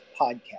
podcast